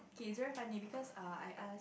it's very funny because err I ask